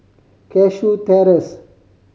Cashew Terrace